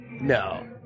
No